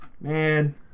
Man